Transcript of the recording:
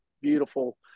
beautiful